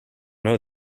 know